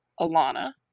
Alana